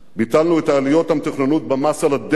ביטלנו את העליות המתוכננות במס על הדלק,